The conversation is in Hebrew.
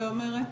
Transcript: לי ילדים אני